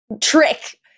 trick